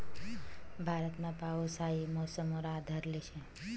भारतमा पाऊस हाई मौसम वर आधारले शे